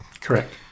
Correct